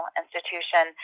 institution